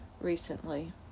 recently